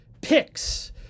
picks